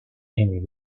amy